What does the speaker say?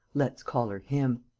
let's collar him.